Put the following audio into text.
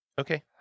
Okay